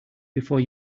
before